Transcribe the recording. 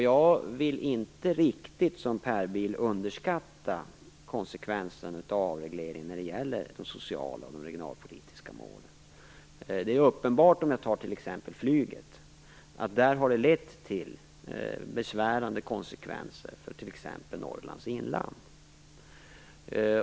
Jag vill inte riktigt - som Per Bill - underskatta konsekvensen av avregleringen när det gäller de sociala och regionalpolitiska målen. Det är uppenbart att avregleringen av flyget har lett till besvärande konsekvenser för t.ex. Norrlands inland.